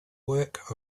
work